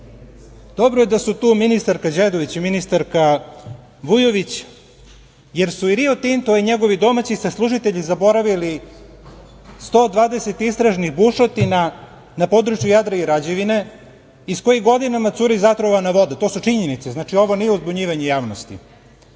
Dobro je da su tu ministarska Đedović i ministarka Vujović, jer su Rio Tinto i njegovi domaći saslužitelji zaboravili 120 istražnih bušotina na području Jadra i Rađevine iz kojih godinama curi zatrovana voda i to su činjenice. Znači ovo nije uzbunjivanje javnosti,